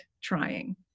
trying